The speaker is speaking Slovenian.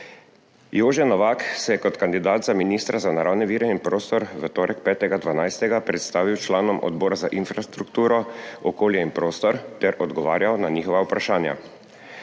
Jože Novak se je kot kandidat za ministra za naravne vire in prostor v torek, 5. 12., predstavil članom Odbora za infrastrukturo, okolje in prostor ter odgovarjal na njihova vprašanja.